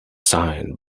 signed